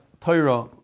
Torah